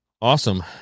Awesome